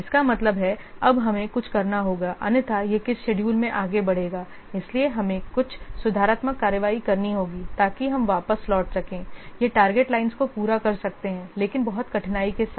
इसका मतलब है अब हमें कुछ करना होगा अन्यथा यह किस शेड्यूल से आगे बढ़ेगा इसलिए हमें कुछ सुधारात्मक कार्रवाई करनी होगी ताकि हम वापस लौट सकें हम टॉरगेट लाइंस को पूरा कर सकते हैं लेकिन बहुत कठिनाई के साथ